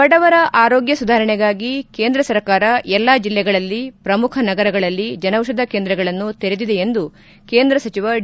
ಬಡವರ ಆರೋಗ್ಯ ಸುಧಾರಣೆಗಾಗಿ ಕೇಂದ್ರ ಸರ್ಕಾರ ಎಲ್ಲಾ ಜಿಲ್ಲೆಗಳಲ್ಲಿ ಪ್ರಮುಖ ನಗರಗಳಲ್ಲಿ ಜನೌಷಧ ಕೇಂದ್ರಗಳನ್ನು ತೆರೆದಿದೆ ಎಂದು ಕೇಂದ್ರ ಸಚಿವ ಡಿ